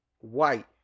white